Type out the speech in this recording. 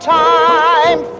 time